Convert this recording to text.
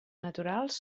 naturals